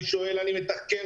שואל ומתחקר.